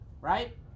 Right